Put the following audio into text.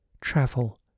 travel